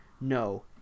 No